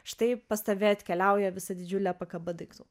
štai pas tave atkeliauja visa didžiulė pakaba daiktų